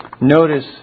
Notice